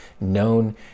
known